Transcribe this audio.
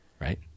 Right